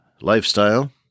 lifestyle